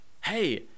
Hey